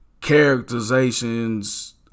characterizations